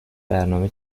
برنامه